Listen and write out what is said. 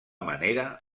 manera